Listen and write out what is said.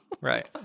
Right